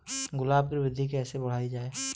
गुलाब की वृद्धि कैसे बढ़ाई जाए?